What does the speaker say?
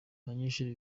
abanyeshuri